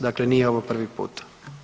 Dakle, nije ovo prvi put.